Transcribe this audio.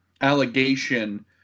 allegation